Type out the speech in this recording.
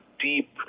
deep